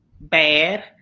bad